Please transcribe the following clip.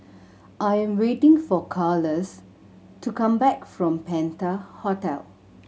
I am waiting for Carlos to come back from Penta Hotel